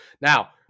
Now